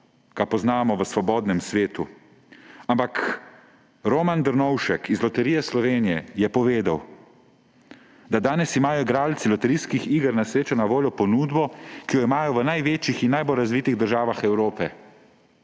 ga poznamo v svobodnem svetu. Ampak Romana Dernovšek iz Loterije Slovenije je povedala, da danes imajo igralci loterijskih iger na srečo na voljo ponudbo, ki jo imajo v največjih in najbolj razvitih državah Evrope.